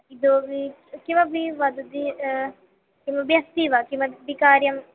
इतोपि किमपि वदति किमपि अस्ति वा किमपि कार्यम्